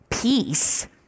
Peace